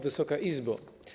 Wysoka Izbo!